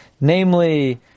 namely